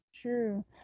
true